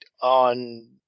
on